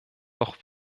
doch